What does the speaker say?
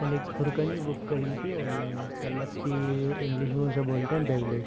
मैंने एक फुर्कनी बुक करी थी ओनलाइन मतलब की इंग्लिश में उसे बोलते हैं बेव्लेट